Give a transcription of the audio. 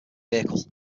vehicle